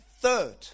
third